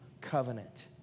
covenant